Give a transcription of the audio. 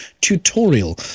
tutorial